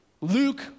Luke